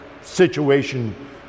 situation